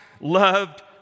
loved